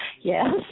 yes